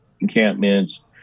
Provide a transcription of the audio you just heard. encampments